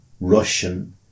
Russian